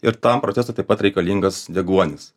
ir tam procesui taip pat reikalingas deguonis